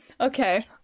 okay